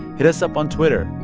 hit us up on twitter,